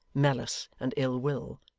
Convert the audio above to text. malice, and ill-will.